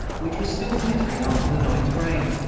which was still glittering after the night's rain.